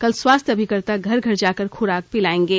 कल स्वास्थ्य अभिकर्ता घर घर जाकर खुराक पिलायेंगे